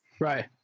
Right